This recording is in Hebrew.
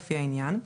לפי העניין,